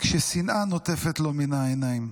כששנאה נוטפת לו מן העיניים.